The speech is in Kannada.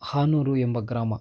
ಹಾನೂರು ಎಂಬ ಗ್ರಾಮ